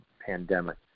pandemic